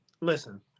Listen